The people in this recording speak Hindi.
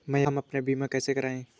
हम अपना बीमा कैसे कराए?